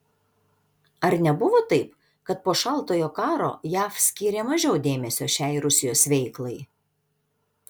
ar nebuvo taip kad po šaltojo karo jav skyrė mažiau dėmesio šiai rusijos veiklai